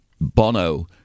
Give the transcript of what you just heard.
Bono